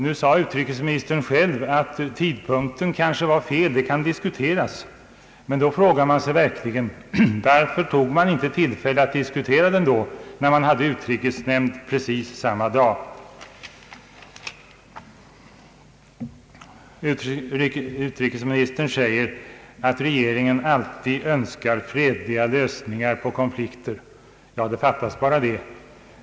Nu sade utrikesministern själv att tidpunkten kanske var fel vald och att den kunde diskuteras. Då frågar man sig verkligen varför regeringen inte tog tillfället i akt att diskutera den när utrikesnämnden sammanträdde precis samma dag. Utrikesministern säger att regeringen alltid önskar fredliga lösningar på konflikter. Ja, det fattas bara annat!